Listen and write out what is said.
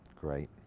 Great